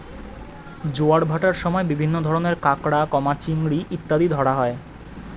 জোয়ার ভাটার সময় বিভিন্ন ধরনের কাঁকড়া, চিংড়ি ইত্যাদি ধরা হয়